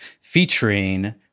featuring